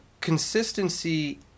consistency